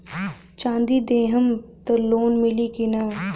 चाँदी देहम त लोन मिली की ना?